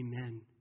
Amen